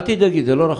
אל תדאגי, זה לא רחוק.